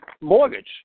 mortgage